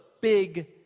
big